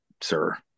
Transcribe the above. sir